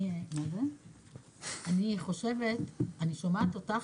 אני שומעת אותך,